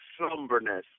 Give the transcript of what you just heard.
slumberness